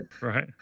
right